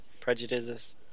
prejudices